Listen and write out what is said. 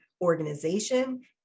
organization